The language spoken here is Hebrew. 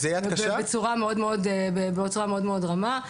ובצורה מאוד מאוד רמה.